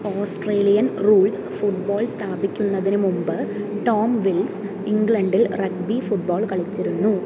Australian rules football സ്ഥാപിക്കുന്നതിന് മുമ്പ് Tom Wills ഇംഗ്ലണ്ടിൽ റഗ്ബി ഫുട്ബോൾ കളിച്ചിരുന്നു